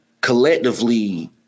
collectively